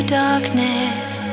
darkness